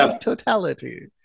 totality